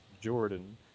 Jordan